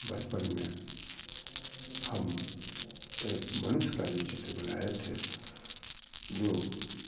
बचपन में हम एक मनुष्य का भी चित्र बनाए थे जो